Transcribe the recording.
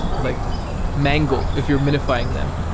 like mangle if you're minifying them.